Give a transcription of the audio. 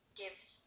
gives